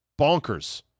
bonkers